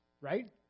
Right